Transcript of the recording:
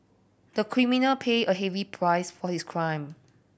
the criminal paid a heavy price for his crime